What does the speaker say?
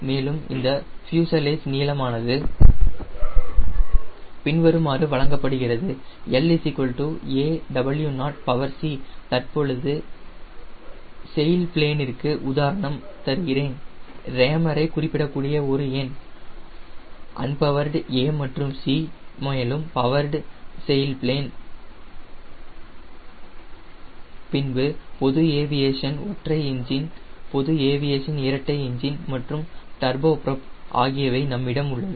மேலும் இந்த பியூஷலேஜ் நீளமானது பின்வருமாறு வழங்கப்படுகிறது L aW0c தற்போது செயில் பிளேன்ற்கு உதாரணம் தருகிறேன் ரேமரை குறிப்பிடக்கூடிய ஒரு எண் அன்பவர்டு a மற்றும் c மேலும் பவர்டு செயில் பிளேன் பின்பு பொது ஏவியேஷன் ஒற்றை என்ஜின் பொது ஏவியேஷன் இரட்டை என்ஜின் மற்றும் டர்போ ப்ரோப் ஆகியவை நம்மிடம் உள்ளது